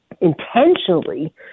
intentionally